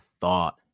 thought